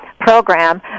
program